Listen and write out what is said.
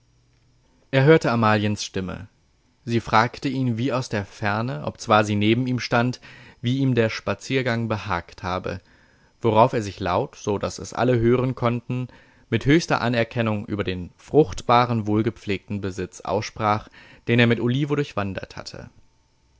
er hörte amaliens stimme sie fragte ihn wie aus der ferne obzwar sie neben ihm stand wie ihm der spaziergang behagt habe worauf er sich laut so daß es alle hören konnten mit höchster anerkennung über den fruchtbaren wohlgepflegten besitz aussprach den er mit olivo durchwandert hatte